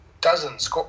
dozens